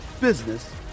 business